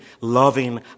loving